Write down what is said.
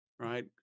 Right